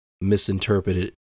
misinterpreted